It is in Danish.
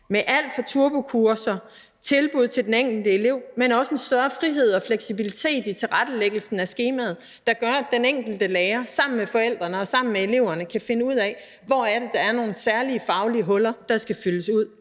med alt fra turbokurser til tilbud til den enkelte elev, men også med en større frihed og fleksibilitet i tilrettelæggelsen af skemaet, der gør, at den enkelte lærer sammen med forældrene og sammen med eleverne kan finde ud af, hvor det er, der er nogle særlige faglige huller, der skal fyldes ud;